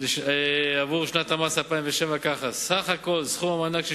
עבור שנת המס 2007: סכום המענק הכולל